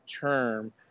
term